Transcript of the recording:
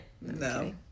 no